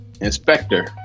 inspector